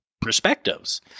perspectives